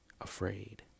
afraid